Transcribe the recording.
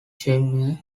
jemima